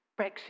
Brexit